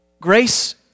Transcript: Grace